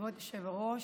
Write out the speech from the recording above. כבוד היושב-ראש,